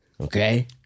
Okay